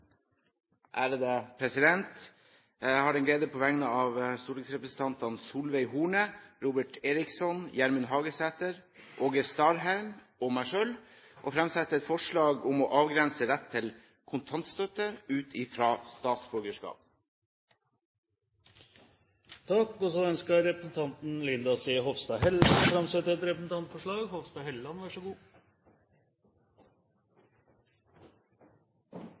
Jeg har den glede på vegne av stortingsrepresentantene Solveig Horne, Robert Eriksson, Gjermund Hagesæter, Åge Starheim og meg selv å fremsette et forslag om å avgrense rett til kontantstøtte ut fra statsborgerskap. Representanten Linda C. Hofstad Helleland vil framsette et representantforslag.